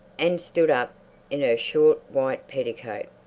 and stood up in her short white petticoat,